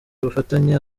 ubufatanye